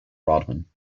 rodman